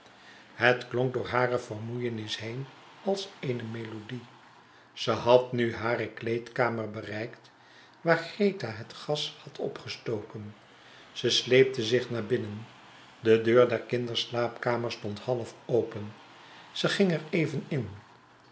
het klonk door hare vermoeidheid heen als eene melodie ze had nu hare kleedkamer bereikt waar greta het gaz had opgestoken ze sleepte zich naar binnen de deur der kinderslaapkamer stond half open ze ging er even in